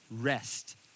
rest